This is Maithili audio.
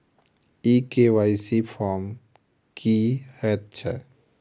ई के.वाई.सी फॉर्म की हएत छै?